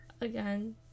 again